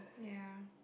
ya